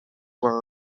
were